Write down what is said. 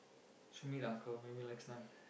should meet uncle maybe next time